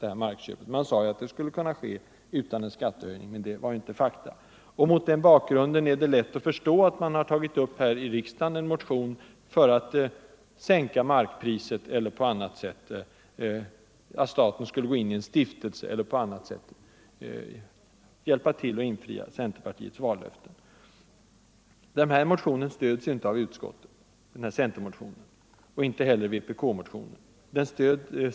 De sade att kommunen skulle kunna behålla Järva utan skattehöjning. Men så blev inte fallet. Mot denna bakgrund är det lätt att förstå att centern i riksdagen har väckt en motion om att staten skall nedsätta köpeskillingen eller inträda såsom anslagsgivare i en stiftelse, för att på det sättet infria centerpartiets vallöften i Sollentuna. Centermotionen stöds inte av utskottet, inte heller vpk-motionen.